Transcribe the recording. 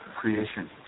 creation